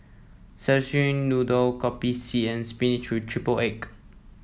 Szechuan Noodle Kopi C and spinach triple egg